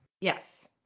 Yes